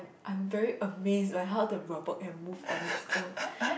I am very amazed by how the robot can move on his own